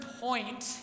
point